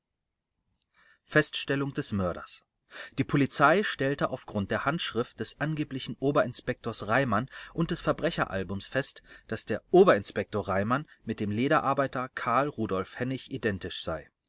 feststellung des mörders die polizei stellte auf grund der handschrift des angeblichen oberinspektors reimann und des verbrecheralbums fest daß der oberinspektor reimann mit dem lederarbeiter karl rudolf hennig identisch sei